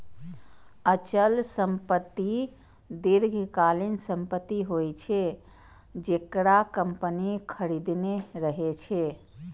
अचल संपत्ति दीर्घकालीन संपत्ति होइ छै, जेकरा कंपनी खरीदने रहै छै